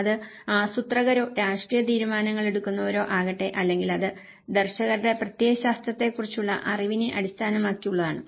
അത് ആസൂത്രകരോ രാഷ്ട്രീയ തീരുമാനങ്ങൾ എടുക്കുന്നവരോ ആകട്ടെ അല്ലെങ്കിൽ അത് ദർശകരുടെ പ്രത്യയശാസ്ത്രത്തെക്കുറിച്ചുള്ള അറിവിനെ അടിസ്ഥാനമാക്കിയുള്ളതാണ്